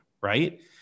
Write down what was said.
right